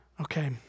Okay